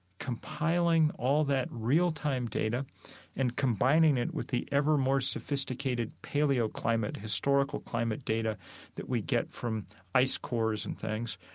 compiling all that real-time data and combining it with the ever more sophisticated paleoclimate, historical climate data that we get from ice cores and things,